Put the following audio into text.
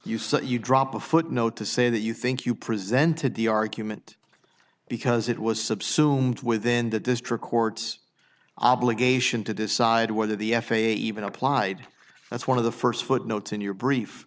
say you drop a footnote to say that you think you presented the argument because it was subsumed within the district court's obligation to decide whether the f a a even applied that's one of the first footnotes in your brief